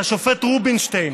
השופט רובינשטיין: